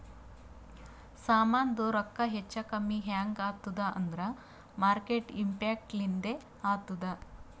ಸಾಮಾಂದು ರೊಕ್ಕಾ ಹೆಚ್ಚಾ ಕಮ್ಮಿ ಹ್ಯಾಂಗ್ ಆತ್ತುದ್ ಅಂದೂರ್ ಮಾರ್ಕೆಟ್ ಇಂಪ್ಯಾಕ್ಟ್ ಲಿಂದೆ ಆತ್ತುದ